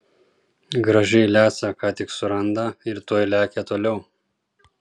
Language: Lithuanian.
gražiai lesa ką tik suranda ir tuoj lekia toliau